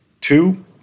Two